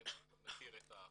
שרובכם מכירים את החברה.